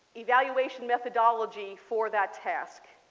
evaluation methodology for that task.